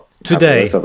today